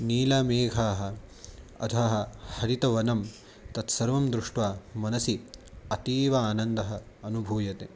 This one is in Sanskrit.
नीलमेघाः अधः हरितवनं तत्सर्वं दृष्ट्वा मनसि अतीव आनन्दम् अनुभूयते